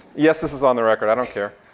yes, this is on the record. i don't care.